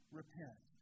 repent